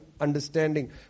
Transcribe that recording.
understanding